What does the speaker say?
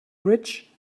rich